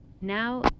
Now